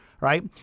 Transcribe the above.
Right